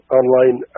online